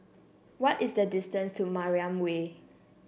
what is the distance to Mariam Way